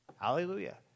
Hallelujah